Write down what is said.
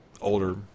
older